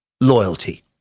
loyalty